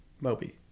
moby